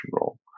role